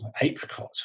apricot